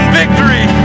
victory